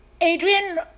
Adrian